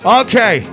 okay